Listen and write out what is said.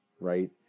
right